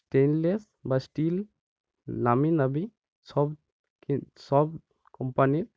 stainless বা steel নামি নামি সব সব কোম্পানির